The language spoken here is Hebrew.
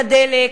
את הדלק,